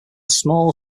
small